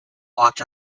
walked